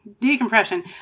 Decompression